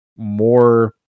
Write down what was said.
More